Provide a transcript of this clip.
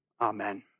Amen